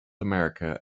america